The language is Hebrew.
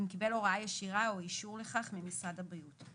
אם קיבל הוראה ישירה או אישור לכך ממשרד הבריאות.